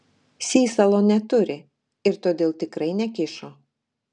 sysalo neturi ir todėl tikrai nekišo